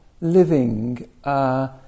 living